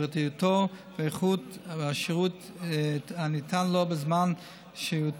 פרטיותו ואיכות השירות הניתן לו בזמן שהייתו